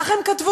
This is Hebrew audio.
כך הם כתבו,